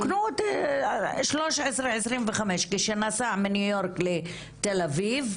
רוקנו את 1325. כשנסע מניו יורק לתל אביב,